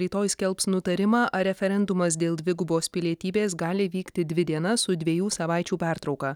rytoj skelbs nutarimą ar referendumas dėl dvigubos pilietybės gali vykti dvi dienas su dviejų savaičių pertrauka